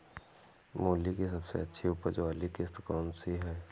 मूली की सबसे अच्छी उपज वाली किश्त कौन सी है?